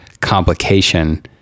complication